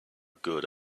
good